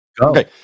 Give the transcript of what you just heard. okay